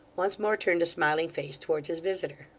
once more turned a smiling face towards his visitor.